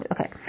okay